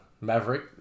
Maverick